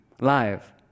live